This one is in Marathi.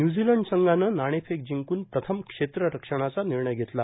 न्युझीलंड संघानं नाणेफेक जिंकून प्रथम क्षेत्ररक्षणाचा निर्णय घेतला